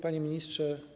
Panie Ministrze!